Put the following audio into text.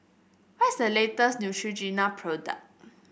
what is the latest Neutrogena product